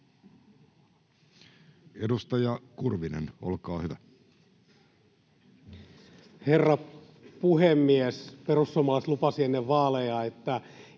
Edustaja Kurvinen, olkaa hyvä. Herra puhemies! Perussuomalaiset lupasivat ennen vaaleja, että